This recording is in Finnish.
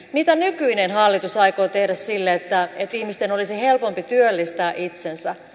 mitä nykyinen hallitus aikoo tehdä sille että ihmisten olisi helpompi työllistää itsensä